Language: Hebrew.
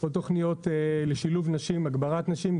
עוד תוכניות לשילוב נשים, הגברת נשים.